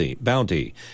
bounty